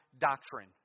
doctrine